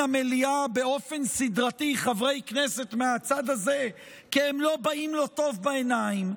המליאה באופן סדרתי חברי כנסת מהצד הזה כי הם לא באים לו טוב בעיניים,